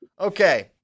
Okay